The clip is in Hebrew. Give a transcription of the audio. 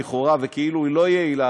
ולכאורה היא לא יעילה,